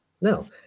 no